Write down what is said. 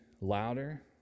louder